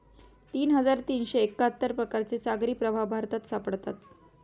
तीन हजार तीनशे एक्काहत्तर प्रकारचे सागरी प्रवाह भारतात सापडतात